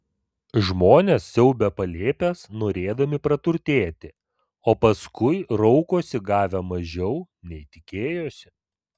žmonės siaubia palėpes norėdami praturtėti o paskui raukosi gavę mažiau nei tikėjosi